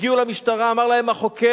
הגיעו למשטרה, אמר להם החוקר: